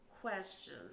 question